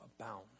abound